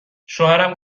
شوهرم